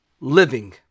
living